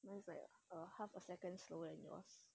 means like half a second slower than yours